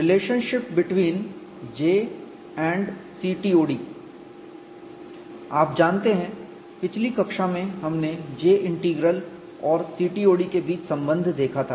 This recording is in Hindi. relationship between J and CTOD आप जानते हैं पिछली कक्षा में हमने J इंटीग्रल और CTOD के बीच संबंध देखा था